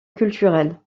culturelle